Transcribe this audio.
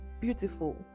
beautiful